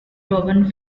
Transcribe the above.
robin